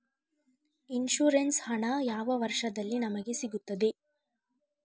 Insurance ಹಣ ಯಾವ ವರ್ಷದಲ್ಲಿ ನಮಗೆ ಸಿಗುತ್ತದೆ?